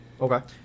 Okay